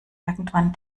irgendwann